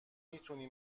میتونی